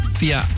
via